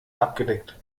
abgedeckt